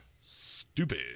stupid